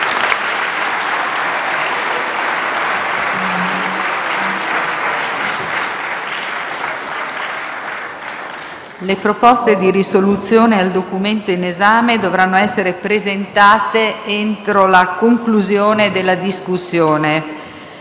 Le proposte di risoluzione relative al Documento in esame dovranno essere presentate entro la conclusione della discussione.